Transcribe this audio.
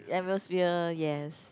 atmosphere yes